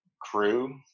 crew